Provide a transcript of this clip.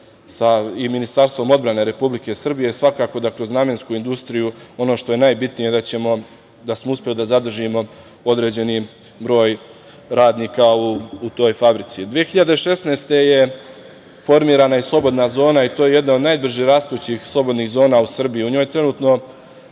i Ministarstvom odbrane Republike Srbije svakako da kroz namensku industriju ono što je najbitnije da smo uspeli da zadržimo određeni broj radnika u toj fabrici. Godine 2016. je formirana i slobodna zona i to je jedna od najbržih rastućih slobodnih zona u Srbiji. U njoj trenutno